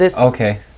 Okay